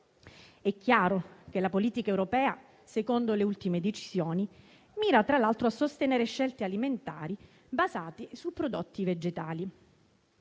È chiaro che la politica europea - secondo le ultime decisioni - mira tra l'altro a sostenere scelte alimentari basate su prodotti vegetali.